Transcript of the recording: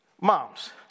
Moms